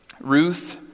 Ruth